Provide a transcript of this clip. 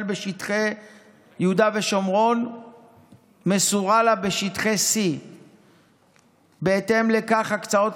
בשטחי יהודה ושומרון מסורה לה בשטחי C. בהתאם לכך הקצאות